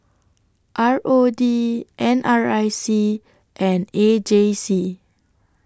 R O D N R I C and A J C